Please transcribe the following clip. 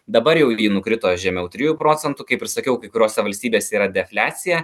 dabar jau ji nukrito žemiau trijų procentų kaip ir sakiau kai kuriose valstybėse yra defliacija